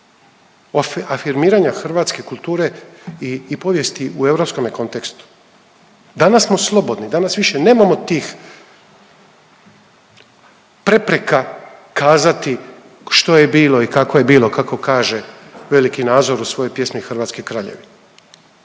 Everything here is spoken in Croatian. afirmiranja hrvatske kulture i povijesti u europskome kontekstu. Danas smo slobodni, danas više nemamo tih prepreka kazati što je bilo i kako je bilo kako kaže veliki Nazor u svojoj pjesmi Hrvatski kraljevi.